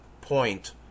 point